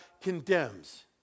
condemns